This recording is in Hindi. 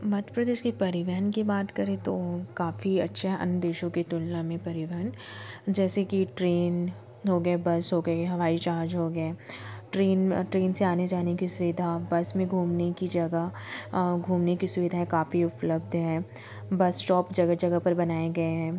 मध्य प्रदेश के परिवहन की बात करें तो काफ़ी अच्छा है अन्य देशों कि तुलना में परिवहन जैसे कि ट्रेन हो गया बस हो गया हवाई जहाज हो गया ट्रेन ट्रेन से आने जाने की सुविधा बस में घूमने की जगह और घूमने की सुविधाएं काफ़ी उपलब्ध है बस स्टॉप जगह जगह पर बनाए गए हैं